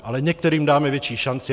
Ale některým dáme větší šance.